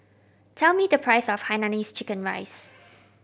tell me the price of hainanese chicken rice